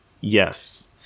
Yes